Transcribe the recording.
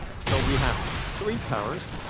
so we have three towers,